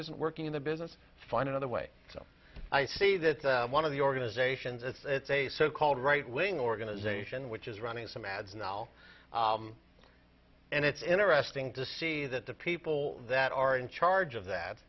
isn't working in the business find another way so i see that one of the organizations it's a so called right wing organization which is running some ads now and it's interesting to see that the people that are in charge of that